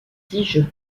tiges